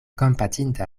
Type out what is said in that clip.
kompatinda